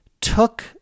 took